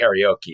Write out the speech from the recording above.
karaoke